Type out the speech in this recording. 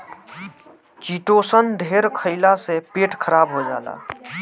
chitosan ढेर खईला से पेट खराब हो जाला